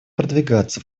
продвигаться